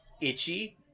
Itchy